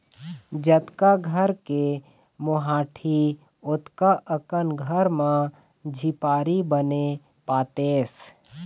जतका घर के मोहाटी ओतका अकन घर म झिपारी बने पातेस